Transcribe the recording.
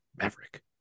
Maverick